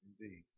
indeed